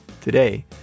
Today